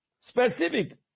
specific